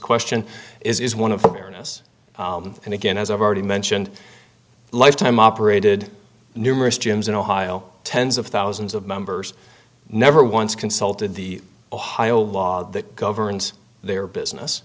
question is one of us and again as i've already mentioned lifetime operated numerous gyms in ohio tens of thousands of members never once consulted the ohio law that governs their business